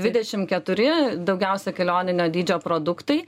dvidešimt keturi daugiausia kelioninio dydžio produktai